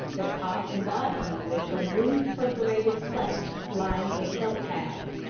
the top and bottom of which are loose perforated plates lined with felt pads.